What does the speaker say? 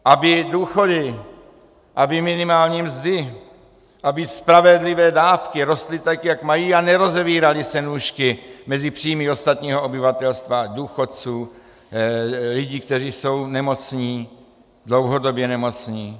Aby důchody, aby minimální mzdy, aby spravedlivé dávky rostly tak, jak mají, a nerozevíraly se nůžky mezi příjmy ostatního obyvatelstva, důchodců, lidí, kteří jsou dlouhodobě nemocní.